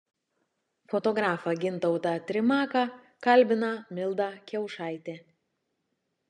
fotografą gintautą trimaką kalbina milda kiaušaitė